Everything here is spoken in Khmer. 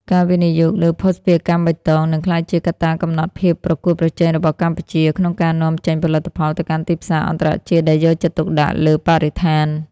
ការវិនិយោគលើ "ភស្តុភារកម្មបៃតង" នឹងក្លាយជាកត្តាកំណត់ភាពប្រកួតប្រជែងរបស់កម្ពុជា ក្នុងការនាំចេញផលិតផលទៅកាន់ទីផ្សារអន្តរជាតិដែលយកចិត្តទុកដាក់លើបរិស្ថាន។